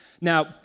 Now